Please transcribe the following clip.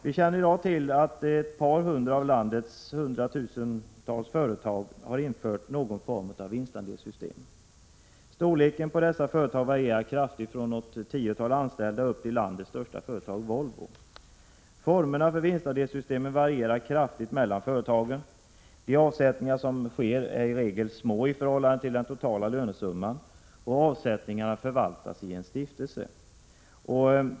Vi känner i dag till att ett par hundra av landets hundratusentals företag har infört någon form av vinstandelssystem. Storleken på dessa företag varierar kraftigt från företag med ett tiotal anställda upp till landets största företag Volvo. Formerna för vinstandelssystemen varierar kraftigt mellan företagen. De avsättningar som sker är i regel små i förhållande till den totala lönesumman. Avsättningarna förvaltas i en stiftelse.